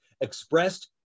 expressed